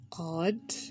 odd